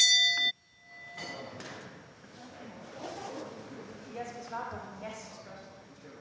hvad er det?